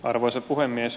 arvoisa puhemies